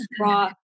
raw